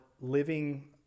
living